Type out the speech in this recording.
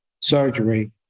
surgery